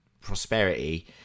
prosperity